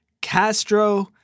Castro